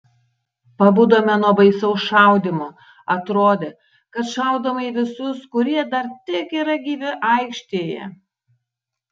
pabudome nuo baisaus šaudymo atrodė kad šaudoma į visus kurie dar tik yra gyvi aikštėje